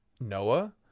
Noah